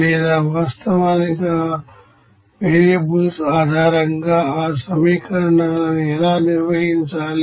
లేదా వాస్తవానికి ఆ వేరియబుల్స్ ఆధారంగా ఆ సమీకరణాలను ఎలా నిర్వహించాలి